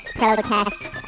protests